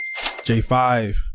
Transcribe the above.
J5